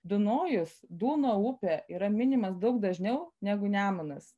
dunojus duno upė yra minimas daug dažniau negu nemunas